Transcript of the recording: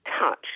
touch